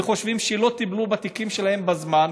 לחשוב שלא טיפלו בתיקים שלהם בזמן,